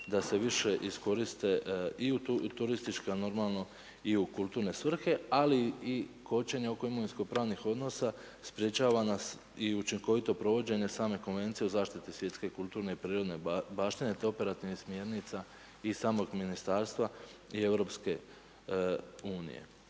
da se više iskoriste i u turističke, a normalno i u kulturne svrhe, ali i kočenja oko imovinsko pravnih odnosa sprečava nas i učinkovito provođenje same konvencije o zaštiti svjetske, kulturne i prirodne baštine te operativnih smjernica iz samog ministarstva i EU. U konačnici,